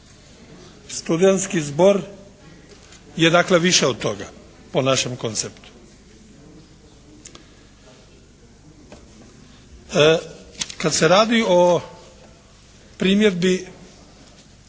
Studenski zbor je dakle više od toga, po našem konceptu. Kad se radi o primjedbi